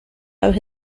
aves